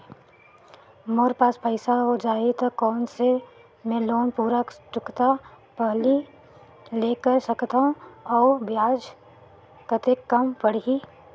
मोर पास पईसा हो जाही त कौन मैं लोन पूरा चुकता पहली ले कर सकथव अउ ब्याज कतेक कम पड़ही?